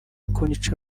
kunyica